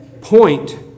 point